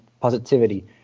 positivity